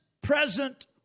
present